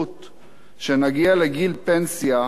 שנגיע לגיל פנסיה, או-טו-טו,